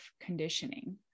conditioning